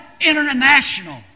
international